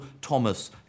Thomas